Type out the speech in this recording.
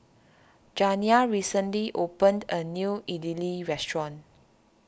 Janiah recently opened a new Idili restaurant